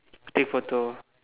take photo